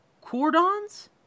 cordons